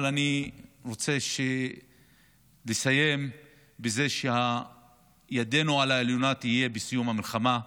אבל אני רוצה לסיים בזה שידנו תהיה על העליונה בסיום המלחמה,